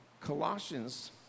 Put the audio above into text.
Colossians